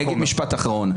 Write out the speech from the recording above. אני אגיד משפט אחרון.